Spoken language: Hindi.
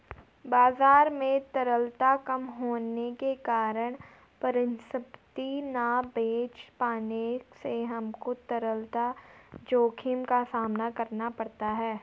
बाजार में तरलता कम होने के कारण परिसंपत्ति ना बेच पाने से हमको तरलता जोखिम का सामना करना पड़ता है